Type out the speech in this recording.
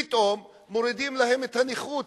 פתאום מורידים להם את הנכות,